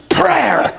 prayer